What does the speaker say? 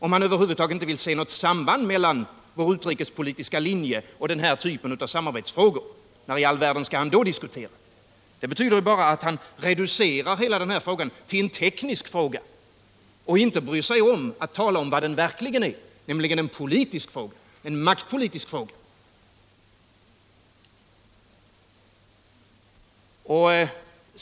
Om han över huvud taget inte vill se något samband mellan vår utrikespolitiska linje och den här typen av samarbetsfrågor, när i all världen skall han då diskutera det? Han reducerar hela saken till en teknisk fråga och bryr sig inte om att tala om vad den verkligen är, nämligen en politisk fråga, en maktpolitisk fråga.